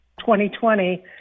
2020